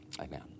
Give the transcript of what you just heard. Amen